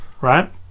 right